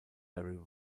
very